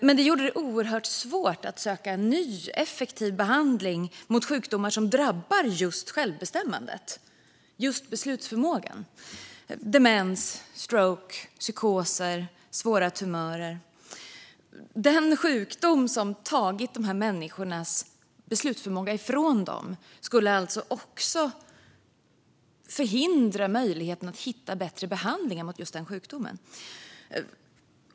Men det gjorde det oerhört svårt att söka ny och effektiv behandling mot sjukdomar som drabbar just självbestämmandet och beslutsförmågan - demens, stroke, psykoser och svåra tumörer. Den sjukdom som tagit dessa människors beslutsförmåga från dem skulle alltså också förhindra möjligheten att hitta bättre behandlingar mot just denna sjukdom.